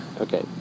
Okay